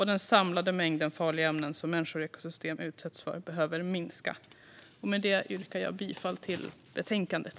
Den samlade mängden farliga ämnen som människor och ekosystem utsätts för behöver minska. Med detta yrkar jag bifall till förslaget i betänkandet.